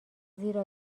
زیرا